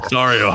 Sorry